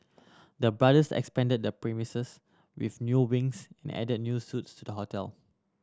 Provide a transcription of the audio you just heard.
the brothers expanded the premises with new wings and added new suites to the hotel